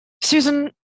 Susan